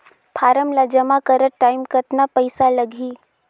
Form ला जमा करत टाइम कतना पइसा लगही?